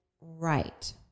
right